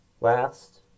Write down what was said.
last